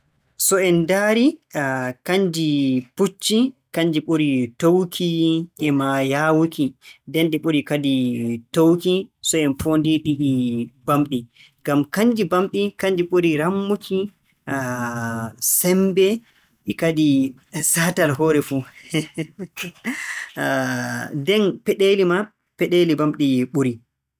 So a waɗay limsere nde hottollo, arannde ni kanko hottollo kon kanko ittetee, so ko ittaama, nden pinɗe hottollo kon kanko maa ko ittee. Nden sanyooɓe hottollo kon haa ko peɗee ko soƴƴee gaaraaji. Gaaraaji ɗin kadi kannji kawtindirtee ɗe sanyee ɗi soƴƴee limsere - limsere nden - ɗi soƴƴee buutol. Buutol ngol kadi kanngol taƴetee, ngol soƴƴee - ngol hokkee nyooteeɓ - nyootooɓe, nyootooɓe kadi nyoota limsere no maranaa haaje.